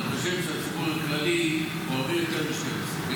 אתה חושב שהציבור הכללי הוא הרבה יותר מ-12,000,